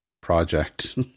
projects